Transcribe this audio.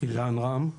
אילן רם,